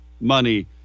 money